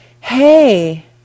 Hey